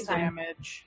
damage